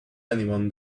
anyone